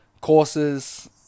courses